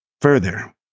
further